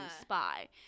spy